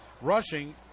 rushing